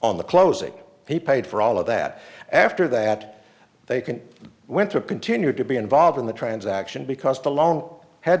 on the closing he paid for all of that after that they can went to continue to be involved in the transaction because the loan had to